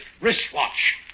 wristwatch